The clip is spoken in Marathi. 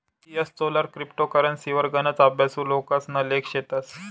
जीएसचोलर क्रिप्टो करेंसीवर गनच अभ्यासु लोकेसना लेख शेतस